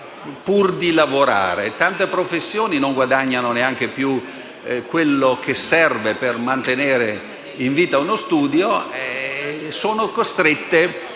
Tante professioni non guadagnano neanche più quello che serve per mantenere in vita uno studio e sono costrette